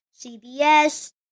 CBS